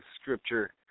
scripture